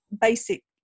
basic